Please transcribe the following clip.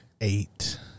eight